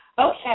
Okay